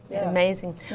Amazing